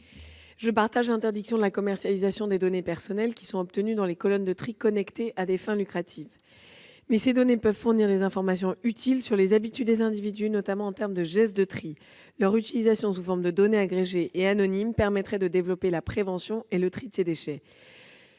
le principe d'interdiction de la commercialisation des données personnelles obtenues dans les colonnes de tri connectées, mais ces données peuvent fournir des informations utiles sur les habitudes des individus, notamment sur leurs gestes de tri. Leur utilisation sous forme de données agrégées et anonymes permettrait de développer la prévention et le tri de ces déchets.